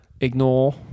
ignore